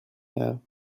have